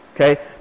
Okay